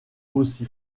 aussi